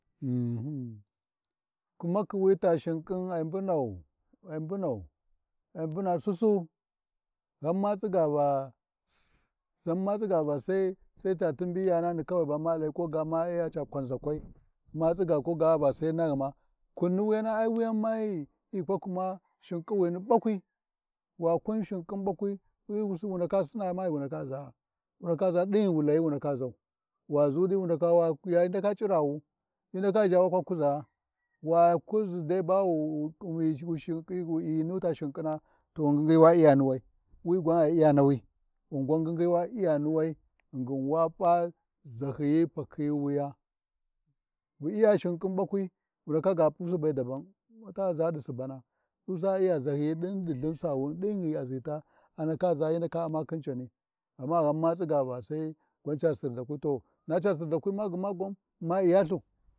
Ghum, kumakhi wi ta shinƙin ai mbunau ai mbunau, ai mbuna Sussu, ghana ma tsiga va, ghan ma tsiga-ba sai, sai ta ti anbiyanan ba ma layi koga ma Iya ca kwanʒakwi ma tsiga koga ba sai nghima, kume ni wuyana ai wuyan gu ye kumiya shin khin bakwi wa kum shinkin ɓakwi hyi Uu ndaka sinaa ma ghi wundaka ʒaa, wu ndaka ʒa ɗinghin wu layi wu nada zawu. Wa ʒuɗi wu-ya hyi ndaka c’irawu hyi ndaka ʒha wa kwa kuzaa wa kuʒi dai ba wu-wwu-wu shinƙi wu hyi nuta shinƙina to ngingi wa iya niwai wi gwan ai iya nawi wangwan ngingi wa Iya ni wai ghingin wa P’a ʒahyiyi, pakhiwuya bu iya Shinƙin ɓakwi wu ndaka P’usibe daban, dusa ʒa ɗi Subana, ɗusa iya ʒahyin ɗin ɗi LthinSuwuna ɗin ghi a ʒita, andaka ʒa ya Umma ɗin khin cani amma ghan ma tsiga va sai la sirzkwai to naca Sirzakwi ma gma gman ma Iyalthu.